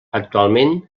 actualment